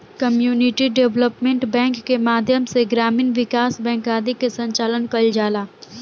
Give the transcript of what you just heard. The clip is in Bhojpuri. कम्युनिटी डेवलपमेंट बैंक के माध्यम से ग्रामीण विकास बैंक आदि के संचालन कईल जाला